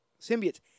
Symbiotes